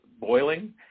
boiling